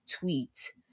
tweet